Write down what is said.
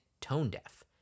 tone-deaf